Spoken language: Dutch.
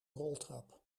roltrap